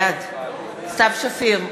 בעד סתיו שפיר,